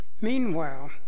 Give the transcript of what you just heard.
Meanwhile